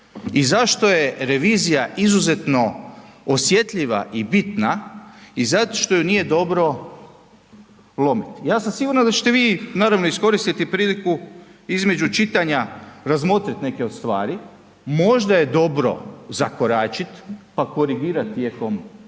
i zašto je revizija izuzetno osjetljiva i bitna i zašto ju nije dobro lomiti. Ja sam siguran da ćete vi naravno iskoristiti priliku između čitanja razmotrit neke od stvari, možda je dobro zakoračit, pa korigirat tijekom vremena.